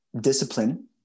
Discipline